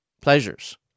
pleasures